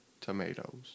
tomatoes